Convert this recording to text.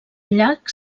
llac